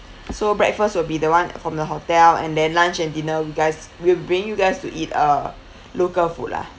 so breakfast will be the [one] from the hotel and then lunch and dinner you guys we'll bring you guys to eat uh local food lah